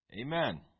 Amen